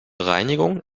reinigung